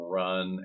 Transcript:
run